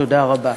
תודה רבה.